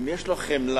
אם יש לו חמלה,